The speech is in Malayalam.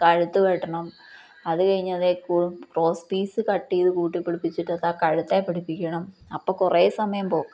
കഴുത്തു വെട്ടണം അതു കഴിഞ്ഞതില് ക്രോസ് പീസ് കട്ടെയ്തു കൂട്ടി പിടിപ്പിച്ചിട്ടത് ആ കഴുത്തില് പിടിപ്പിക്കണം അപ്പോള് കുറേ സമയം പോക്ക്